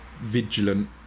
vigilant